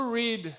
read